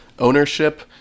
Ownership